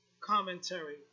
commentary